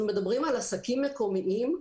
אנחנו מדברים על עסקים מקומיים.